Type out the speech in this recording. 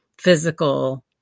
physical